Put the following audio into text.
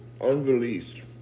unreleased